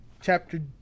chapter